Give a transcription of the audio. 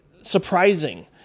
surprising